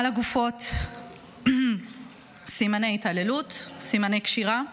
על הגופות סימני התעללות, סימני קשירה,